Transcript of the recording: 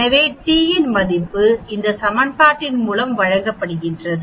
எனவே t மதிப்பு இந்த சமன்பாட்டின் மூலம் வழங்கப்படுகிறது